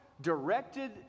directed